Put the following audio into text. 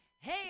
hey